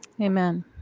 Amen